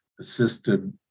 assisted